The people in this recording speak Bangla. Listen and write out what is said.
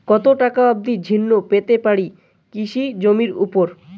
কত টাকা অবধি ঋণ পেতে পারি কৃষি জমির উপর?